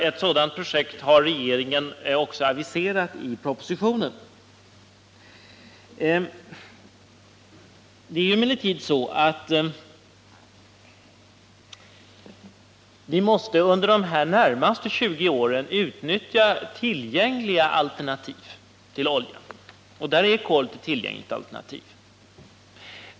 Ett sådant projekt har regeringen aviserat i sin Under de närmaste 20 åren måste vi utnyttja tillgängliga alternativ till oljan, och kolet är ett tillgängligt alternativ.